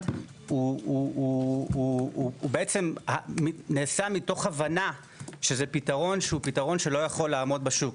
הוא בעצם נעשה מתוך הבנה שזה פתרון שהוא פתרון שלא יכול לעמוד בשוק,